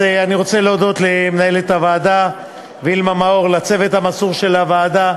אני רוצה להודות למנהלת הוועדה וילמה מאור ולצוות המסור של הוועדה: